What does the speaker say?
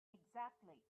exactly